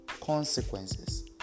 Consequences